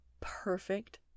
perfect